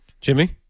Jimmy